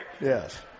Yes